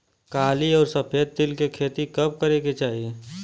काली अउर सफेद तिल के खेती कब करे के चाही?